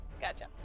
gotcha